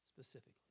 Specifically